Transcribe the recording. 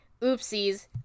oopsies